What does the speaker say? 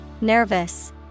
Nervous